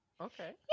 Okay